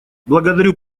благодарю